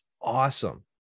awesome